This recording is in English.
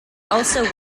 also